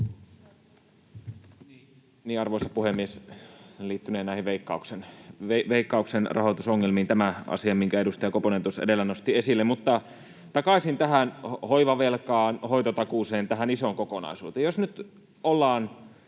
Arvoisa puhemies! Liittynee näihin Veikkauksen rahoitusongelmiin tämä asia, minkä edustaja Koponen edellä nosti esille. Mutta takaisin hoivavelkaan, hoitotakuuseen, tähän isoon kokonaisuuteen.